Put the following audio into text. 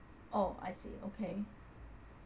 oh I see okay